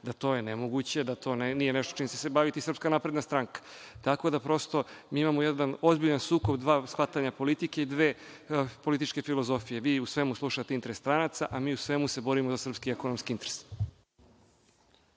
da je to nemoguće i da to nije nešto čime se bavi Srpska napredna stranka. Mi imamo jedan ozbiljan sukob dva shvatanja politike i dve političke filozofije – vi u svemu slušate interes stranaca, a mi u svemu se borimo za srpski ekonomski interes.